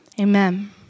Amen